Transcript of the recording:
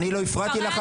אל תפריעי לי.